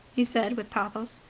he said with pathos.